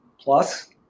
plus